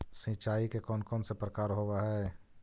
सिंचाई के कौन कौन से प्रकार होब्है?